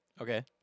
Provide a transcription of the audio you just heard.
Okay